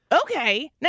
Okay